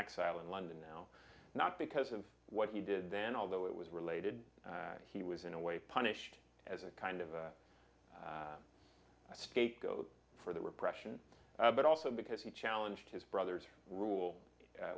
exile in london now not because of what he did then although it was related he was in a way punished as a kind of a scapegoat for the repression but also because he challenged his brothers rule